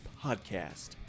Podcast